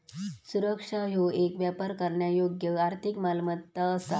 सुरक्षा ह्यो येक व्यापार करण्यायोग्य आर्थिक मालमत्ता असा